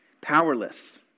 Powerless